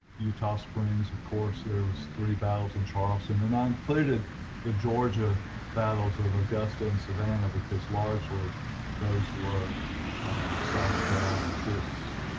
eutaw springs of course. there was three battles in charleston and i included the georgia battles of of augusta and savannah because largely those were um south carolina troops.